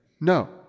No